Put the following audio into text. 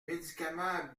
médicaments